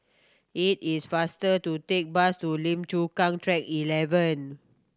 it is faster to take bus to Lim Chu Kang Track Eleven